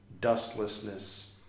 dustlessness